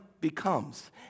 becomes